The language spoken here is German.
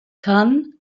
kann